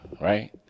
right